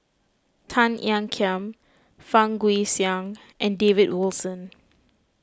Tan Ean Kiam Fang Guixiang and David Wilson